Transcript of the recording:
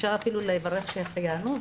אפשר אפילו לברך שהחיינו.